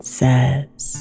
says